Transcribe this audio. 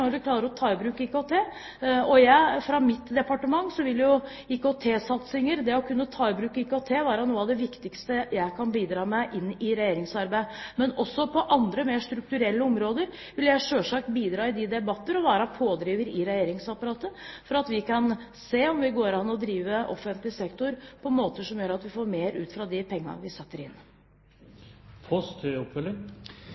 å ta i bruk IKT. Fra mitt departement vil IKT-satsinger – det å kunne ta i bruk IKT – være noe av det viktigste jeg kan bidra med inn i regjeringsarbeidet. Men også på andre, mer strukturelle områder vil jeg selvsagt bidra i debatter og være pådriver i regjeringsapparatet for å se på om det går an å drive offentlig sektor på måter som gjør at vi får mer ut av de pengene vi setter inn.